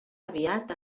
aviat